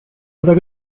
oder